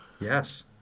Yes